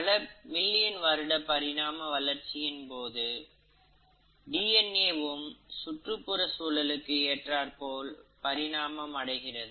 பல பில்லியன் வருட பரிணாம வளர்ச்சியின் போது டிஎன்ஏ வும் சுற்றுப்புற சூழலுக்கு ஏற்றாற்போல் பரிணாமம் அடைகிறது